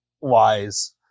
wise